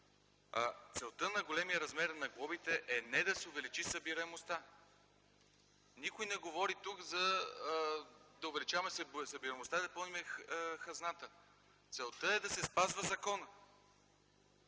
Целта на големия размер на глобите е не да се увеличи събираемостта. Никой не говори тук да увеличаваме събираемостта и да пълним хазната. Целта е да се спазва законът.